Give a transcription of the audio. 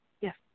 Yes